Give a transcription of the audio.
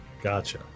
Gotcha